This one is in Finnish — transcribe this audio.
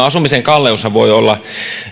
asumisen kalleushan voi olla